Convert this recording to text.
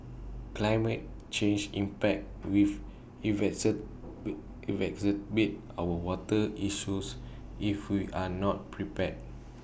climate change impact wave our water issues if we are not prepared